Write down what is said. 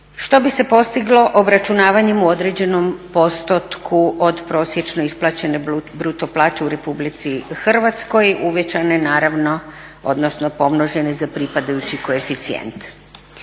što bi se postiglo obračunavanjem u određenom postotku od prosječno isplaćene bruto plaće u RH uvećane naravno, odnosno pomnožene za pripadajući koeficijent.